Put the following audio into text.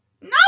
No